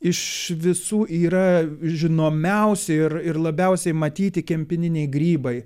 iš visų yra žinomiausi ir ir labiausiai matyti kempininiai grybai